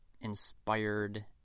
inspired